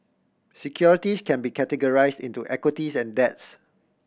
securities can be categorize into equities and debts